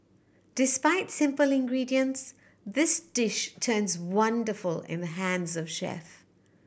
despite simple ingredients this dish turns wonderful in the hands of chef